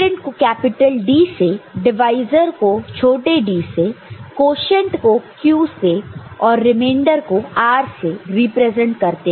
dividend को capital D से divisor को छोटा d से क्वोशन्ट को q से और रिमेंडर को r से रिप्रेजेंट करते हैं